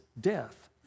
death